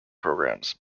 programs